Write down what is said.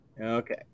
okay